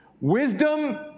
Wisdom